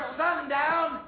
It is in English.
sundown